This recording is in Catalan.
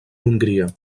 hongria